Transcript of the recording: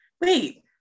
wait